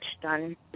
done